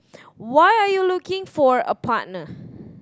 why are you looking for a partner